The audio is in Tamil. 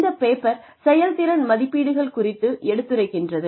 இந்த பேப்பர் செயல்திறன் மதிப்பீடுகள் குறித்து எடுத்துரைக்கின்றது